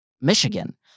Michigan